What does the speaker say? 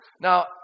Now